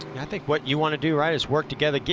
i think what you want to do right is work together,